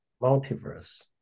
Multiverse